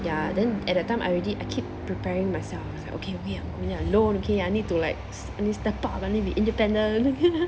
ya then at that time I already I keep preparing myself I was like okay okay I'm going I'm no one okay I need to like I need step up I need to be independent